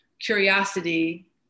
curiosity